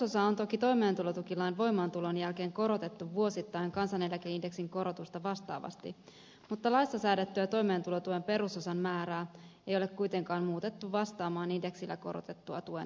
perusosaa on toki toimeentulotukilain voimaantulon jälkeen korotettu vuosittain kansaneläkeindeksin korotusta vastaavasti mutta laissa säädettyä toimeentulotuen perusosan määrää ei ole kuitenkaan muutettu vastaamaan indeksillä korotettua tuen määrää